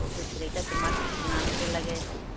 বহুত বেলেগ এতিয়া তোমাক কিমানকৈ লাগে